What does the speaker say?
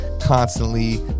constantly